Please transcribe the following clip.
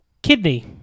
Kidney